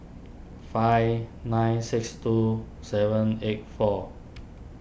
five nine six two seven eight four